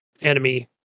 enemy